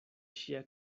ŝia